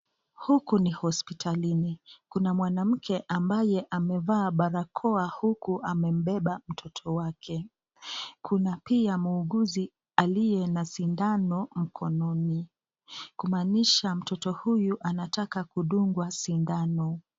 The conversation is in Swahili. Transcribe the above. Huku ni hospitalini. Kuna mwanamke mmoja ambaye amevaa barakoa huku amembeba mtoto wake. Kuna pia muuguzi aliye na sindano mkononi, kumaanisha mtoto huyu anataka kudungwa sindano.